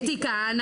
אתי כהנא,